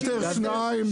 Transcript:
מטר, שניים.